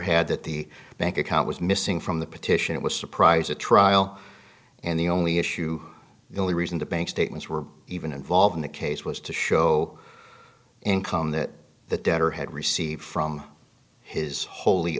had that the bank account was missing from the petition it was surprise at trial and the only issue the only reason the bank statements were even involved in the case was to show income that the debtor had received from his whol